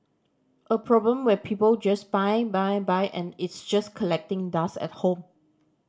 a problem where people just buy buy buy and it's just collecting dust at home